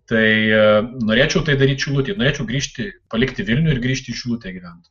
tai norėčiau tai daryt šilutėj norėčiau grįžti palikti vilnių ir grįžti į šilutę gyvent